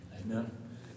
Amen